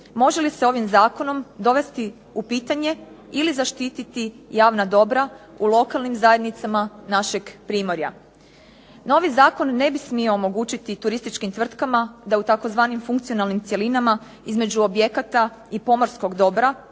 može li se ovim zakonom dovesti u pitanje ili zaštititi javna dobra u lokalnim zajednicama našeg Primorja. Novi zakon ne bi smio omogućiti turističkim tvrtkama da u tzv. funkcionalnim cjelinama između objekata i pomorskog dobra,